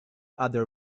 other